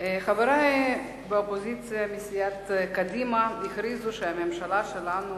חברי באופוזיציה מסיעת קדימה הכריזו שהממשלה שלנו